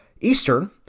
Eastern